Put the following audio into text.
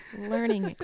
learning